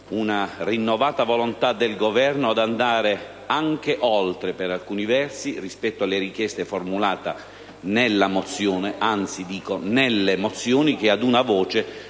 una rinnovata volontà del Governo di andare oltre, per alcuni versi, rispetto alla richiesta formulata nella mozione, anzi,